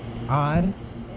aunt